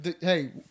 hey